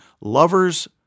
lovers